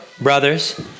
Brothers